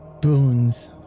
boons